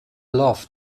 love